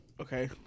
Okay